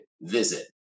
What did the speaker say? visit